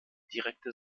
direkte